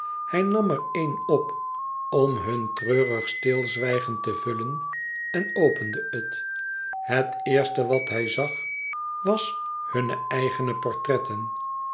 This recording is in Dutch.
hij nam er een op om hun treurig stilzwijgen te vullen en opende het het eerste wat hij zag was hunne eigene portretten